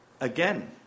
again